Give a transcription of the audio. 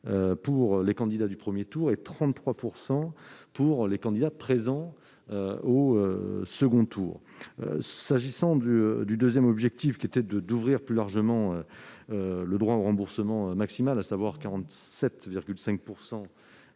pour les candidats du premier tour et de 33 % pour les candidats présents au second tour. S'agissant de votre second objectif, qui est d'ouvrir plus largement le droit au remboursement maximal, à savoir 47,5